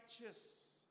righteous